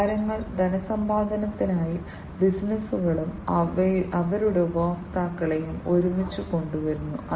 പരിഹാരങ്ങൾ ധനസമ്പാദനത്തിനായി ബിസിനസുകളെയും അവരുടെ ഉപഭോക്താക്കളെയും ഒരുമിച്ച് കൊണ്ടുവരുന്നു